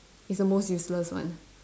is the most useless one